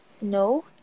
No